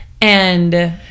And-